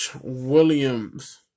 Williams